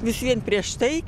vis vien prieš tai